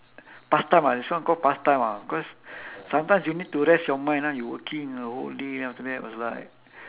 past time ah this one call past time ah cause sometimes you need to rest your mind ah you working the whole day then after that was like